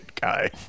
guy